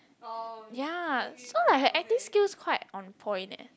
ya so like her acting skills quite on point eh